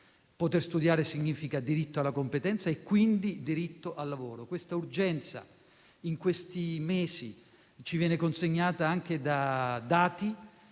Poter studiare significa diritto alla competenza e quindi diritto al lavoro. Questa urgenza, in questi mesi, ci viene consegnata anche da dati.